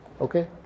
okay